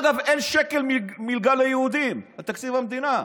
דרך אגב, אין שקל מלגה ליהודים בתקציב המדינה.